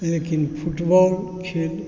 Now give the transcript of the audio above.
लेकिन फुटबॉल खेल